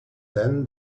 then